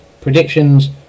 predictions